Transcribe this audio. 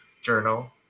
journal